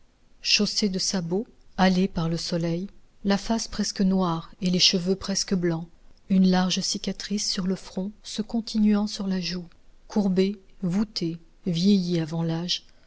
chaussé de sabots hâlé par le soleil la face presque noire et les cheveux presque blancs une large cicatrice sur le front se continuant sur la joue courbé voûté vieilli avant l'âge